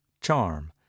charm